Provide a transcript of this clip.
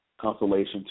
consolation